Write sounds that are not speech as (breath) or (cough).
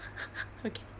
(breath) okay